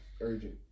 urgent